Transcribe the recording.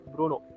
Bruno